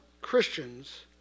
Christians